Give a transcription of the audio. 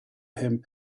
him